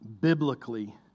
Biblically